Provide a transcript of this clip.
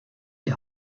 die